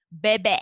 baby